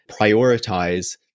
prioritize